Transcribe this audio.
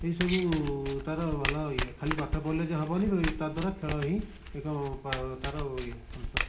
ଏହିସବୁ ତାର ଭଲ ଇଏ ଖାଲି ପାଠ ପଢ଼ିଲେ ଯେ ହେବନି ଏତ୍ତଦ୍ଵାରା ଖେଳ ହିଁ ଏକ ପ ତାର ଇଏ ଅଂଶ